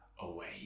away